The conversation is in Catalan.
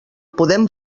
podem